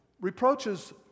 Reproaches